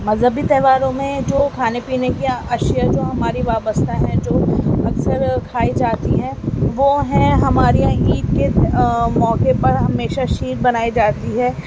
مذہبی تہواروں میں جو کھانے پینے کی اشیا جو ہماری وابستہ ہیں جو اکثر کھائی جاتی ہیں وہ ہیں ہمارے یہاں عید کے موقعے پر ہمیشہ شیر بنائی جاتی ہے